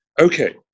Okay